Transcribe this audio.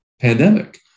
pandemic